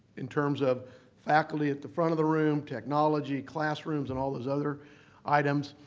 in terms of faculty at the front of the room, technology, classrooms and all those other items.